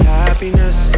happiness